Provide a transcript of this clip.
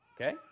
Okay